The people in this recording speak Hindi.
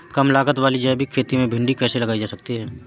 कम लागत वाली जैविक खेती में भिंडी कैसे लगाई जा सकती है?